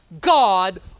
God